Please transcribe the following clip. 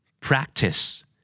Practice